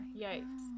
yikes